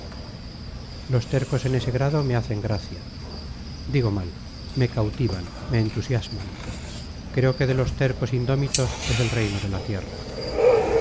los tercos en ese grado me hacen gracia digo mal me cautivan me entusiasman creo que de los tercos indómitos es el reino de la tierra